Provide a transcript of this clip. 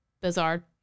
bizarre